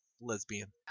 lesbian